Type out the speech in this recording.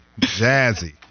jazzy